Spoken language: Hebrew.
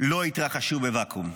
"לא התרחשו בוואקום".